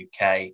UK